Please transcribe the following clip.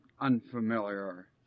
unfamiliar